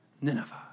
Nineveh